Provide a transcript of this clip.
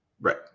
Right